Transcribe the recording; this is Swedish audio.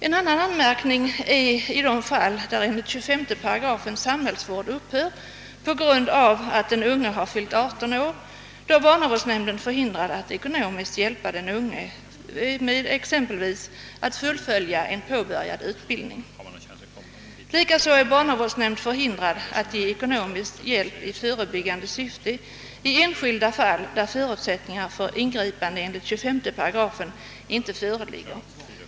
En annan anmärkning gäller att barnavårdsnämnd i de fall, där enligt 25 8 samhällsvård upphör på grund av att den unge fyllt 18 år, är förhindrad att exempelvis ekonomiskt hjälpa vederbörande att fullfölja en påbörjad utbildning. Likaså är barnavårdsnämnd förhindrad att ge ekonomisk hjälp i förebyggande syfte i enskilda fall, där förutsättningar för ingripande enligt 25 § inte föreligger.